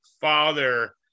father